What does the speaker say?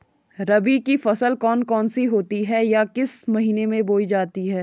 रबी की फसल कौन कौन सी होती हैं या किस महीने में बोई जाती हैं?